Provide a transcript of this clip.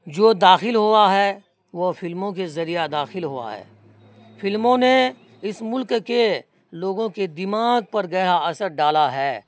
جو داخل ہوا ہے وہ فلموں کے ذریعہ داخل ہوا ہے فلموں نے اس ملک کے لوگوں کے دماغ پر گہرا اثر ڈالا ہے